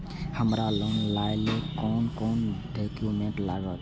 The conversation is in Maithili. हमरा लोन लाइले कोन कोन डॉक्यूमेंट लागत?